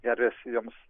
gervės joms